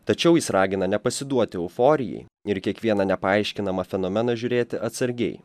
tačiau jis ragina nepasiduoti euforijai ir į kiekvieną nepaaiškinamą fenomeną žiūrėti atsargiai